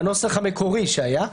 בנוסח המקורי שהיה.